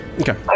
Okay